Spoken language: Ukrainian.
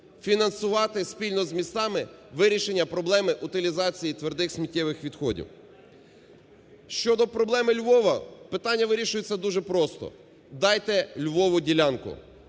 фінансувати спільно з містами вирішення проблеми утилізації твердих сміттєвих відходів. Щодо проблеми Львова питання вирішується дуже просто, дайте Львову ділянку